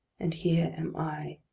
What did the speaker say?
and here am i.